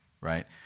right